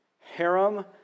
Harem